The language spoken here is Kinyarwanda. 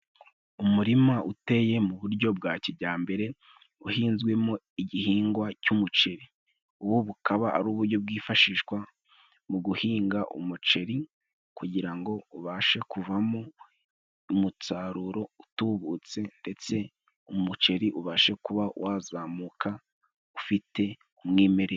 Umurima uteye mu buryo bwa kijyambere, uhinzwemo igihingwa cy'umuceri, ubu bukaba ari uburyo bwifashishwa mu guhinga umuceri kugira ngo ubashe kuvamo umusaruro utubutse ndetse umuceri ubashe kuba wazamuka ufite umwimerere.